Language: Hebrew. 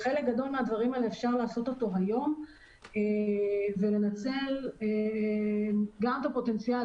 חלק גדול מהדברים האלה אפשר לעשות אותו היום ולנצל גם את הפוטנציאל,